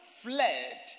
fled